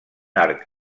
arc